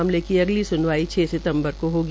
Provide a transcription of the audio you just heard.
मामले की अगली स्नवाई छ सितम्बर को होगी